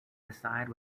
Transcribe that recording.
decide